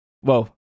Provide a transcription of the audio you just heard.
whoa